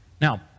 Now